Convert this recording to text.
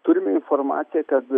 turime informaciją kad